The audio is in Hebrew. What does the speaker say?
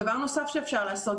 דבר נוסף שאפשר לעשות,